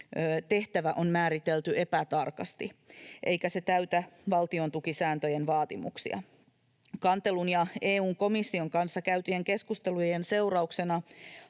tehtävä on määritelty epätarkasti eikä se täytä valtiontukisääntöjen vaatimuksia. Kantelun ja EU:n komission kanssa käytyjen keskustelujen seurauksena